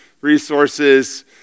resources